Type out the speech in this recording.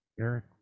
Eric